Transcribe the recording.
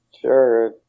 Sure